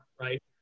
right